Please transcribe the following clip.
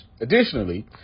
Additionally